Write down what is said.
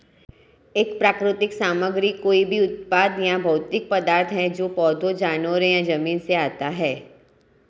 एक प्राकृतिक सामग्री कोई भी उत्पाद या भौतिक पदार्थ है जो पौधों, जानवरों या जमीन से आता है